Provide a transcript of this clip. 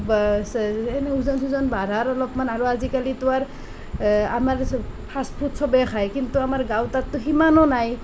এনেকৈ ওজন চোজন বঢ়াৰ অলপমান আজিকালিতো আৰ আমাৰ স ফাষ্টফুড সবেই খায় কিন্তু আমাৰ গাঁৱৰ তাততো আৰু সিমানো নাই